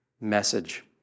message